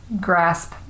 grasp